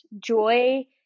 joy